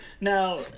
Now